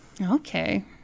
Okay